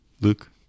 Luke